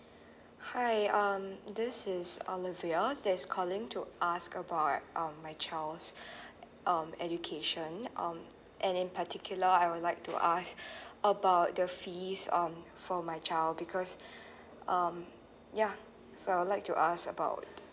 hi um this is olivia that is calling to ask about right um my child's um education um and in particular I would like to ask about the fees um for my child because um yeah so I would like to ask about